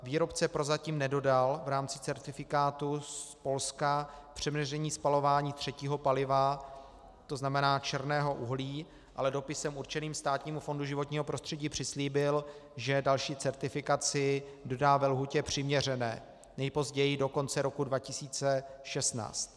Výrobce prozatím nedodal v rámci certifikátu z Polska přeměření spalování třetího paliva, tzn. černého uhlí, ale dopisem určeným Státnímu fondu životního prostředí přislíbil, že další certifikaci dodá ve lhůtě přiměřené, nejpozději do konce roku 2016.